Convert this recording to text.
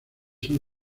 son